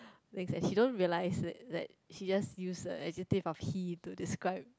then he don't realize that that he just use the negative of he to describe